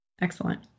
Excellent